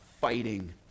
fighting